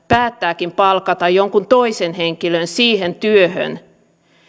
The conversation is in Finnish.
päättääkin palkata jonkun toisen henkilön siihen työhön